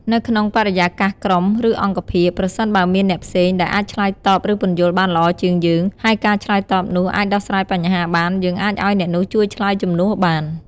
នៅក្នុងបរិយាកាសក្រុម ឬអង្គភាព ប្រសិនបើមានអ្នកផ្សេងដែលអាចឆ្លើយតប ឬពន្យល់បានល្អជាងយើង ហើយការឆ្លើយតបនោះអាចដោះស្រាយបញ្ហាបាន យើងអាចឲ្យអ្នកនោះជួយឆ្លើយជំនួសបាន។